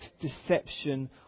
deception